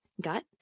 gut